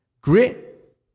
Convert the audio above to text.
Grit